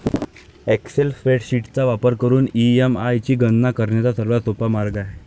Excel spreadsheet चा वापर करून ई.एम.आय ची गणना करण्याचा सर्वात सोपा मार्ग आहे